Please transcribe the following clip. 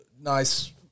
nice